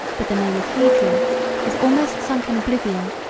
but the name of hadrian is almost sunk in oblivion,